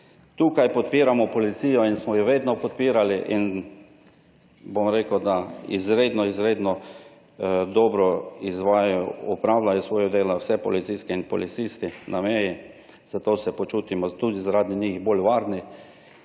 (nadaljevanje) in smo jo vedno podpirali in bom rekel, da izredno, izredno dobro izvajajo, opravljajo svoje delo vse policistke in policisti na meji, zato se počutimo tudi zaradi njih bolj varni